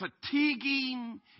fatiguing